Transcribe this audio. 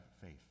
faith